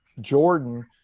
Jordan